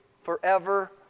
forever